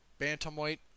Bantamweight